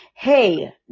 Hey